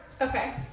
Okay